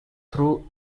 through